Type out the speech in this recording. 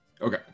Okay